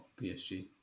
PSG